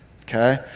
okay